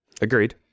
Agreed